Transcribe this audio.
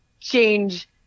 change